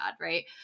right